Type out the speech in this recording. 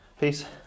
Peace